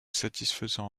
satisfaisant